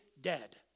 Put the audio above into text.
dead